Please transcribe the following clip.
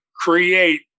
create